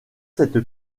cette